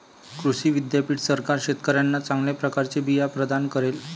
कृषी विद्यापीठ सरकार शेतकऱ्यांना चांगल्या प्रकारचे बिया प्रदान करेल